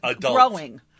growing